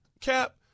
Cap